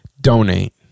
donate